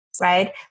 right